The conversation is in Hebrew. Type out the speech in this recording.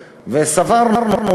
וסברנו,